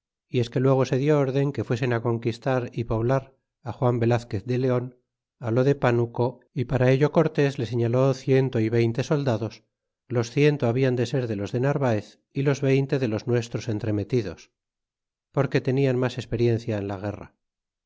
y es que luego se di rden que fuesen conquistar y poblar juan velazquez de leon á lo de panuco y para ello cortés le señaló ciento y veinte soldados los ciento habian de ser de los de narvaez y los veinte de los nuestros entremetidos porque tenian mas experiencia en la guerra